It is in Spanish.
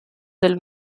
del